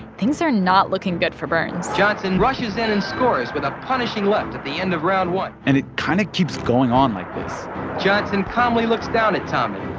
things are not looking good for burns johnson rushes in and scores with a punishing left at the end of round one and it kind of keeps going on like this johnson calmly looks down at tommy,